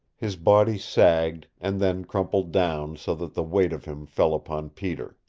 his body sagged, and then crumpled down, so that the weight of him fell upon peter.